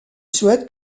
souhaite